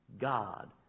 God